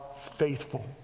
faithful